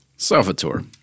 Salvatore